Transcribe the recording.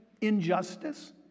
injustice